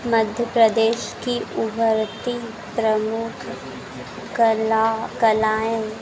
मध्य प्रदेश की उभरती प्रमुख कला कलाएं